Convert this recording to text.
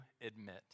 admit